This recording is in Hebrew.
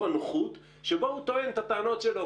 הנוחות שבו הוא טוען את הטענות שלו.